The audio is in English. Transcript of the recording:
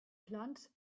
plants